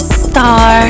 star